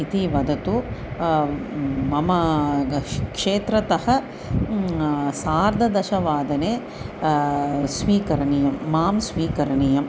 इति वदतु मम ग क्षेत्रतः सार्धदशवादने स्वीकरणीयं माम् स्वीकरणीयम्